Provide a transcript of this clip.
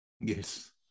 Yes